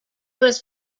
was